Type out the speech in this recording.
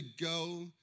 go